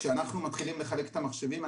כשאנחנו מתחילים לחלק את המחשבים,